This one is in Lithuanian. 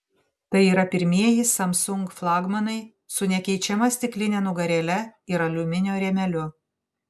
tai yra pirmieji samsung flagmanai su nekeičiama stikline nugarėle ir aliuminio rėmeliu